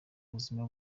ubuzima